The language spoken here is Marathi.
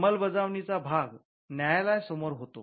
अंमलबजावणीचा भाग न्यायालयासमोर होतो